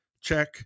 check